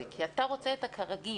כי אתה רוצה את הכרגיל.